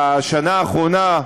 בשנה האחרונה,